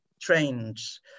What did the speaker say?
trains